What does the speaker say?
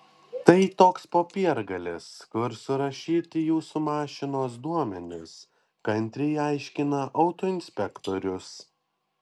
tai toks popiergalis kur surašyti jūsų mašinos duomenys kantriai aiškina autoinspektorius